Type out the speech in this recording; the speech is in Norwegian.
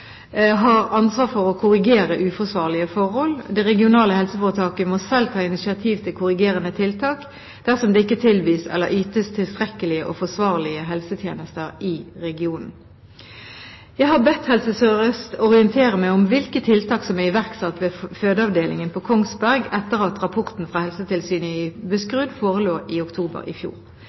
har ansvar for å korrigere uforsvarlige forhold. Det regionale helseforetaket må selv ta initiativ til korrigerende tiltak, dersom det ikke tilbys eller ytes tilstrekkelige og forsvarlige helsetjenester i regionen. Jeg har bedt Helse Sør-Øst orientere meg om hvilke tiltak som er iverksatt ved fødeavdelingen på Kongsberg etter at rapporten fra Helsetilsynet i Buskerud forelå i oktober i fjor.